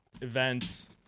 events